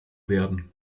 werden